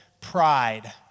pride